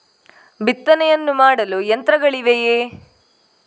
ಬಿತ್ತನೆಯನ್ನು ಮಾಡಲು ಯಂತ್ರಗಳಿವೆಯೇ?